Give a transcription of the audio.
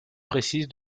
précise